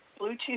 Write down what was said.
Bluetooth